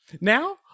Now